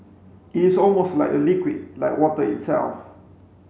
it is almost like a liquid like water itself